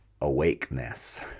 awakeness